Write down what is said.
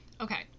Okay